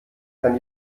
kann